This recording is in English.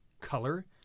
color